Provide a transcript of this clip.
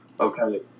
Okay